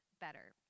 better